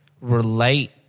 relate